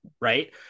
right